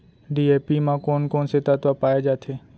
DAP म कोन कोन से तत्व पाए जाथे?